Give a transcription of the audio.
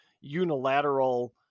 unilateral